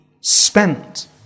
spent